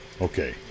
Okay